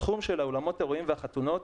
התחום של אולמות אירועים וחתונות,